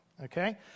Okay